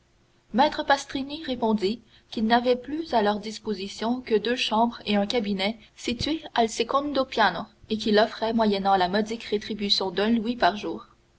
maître pastrini répondit qu'il n'avait plus à leur disposition que deux chambres et un cabinet situés al secondo piano et qu'il offrait moyennant la modique rétribution d'un louis par jour